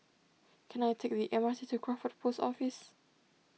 can I take the M R T to Crawford Post Office